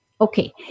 Okay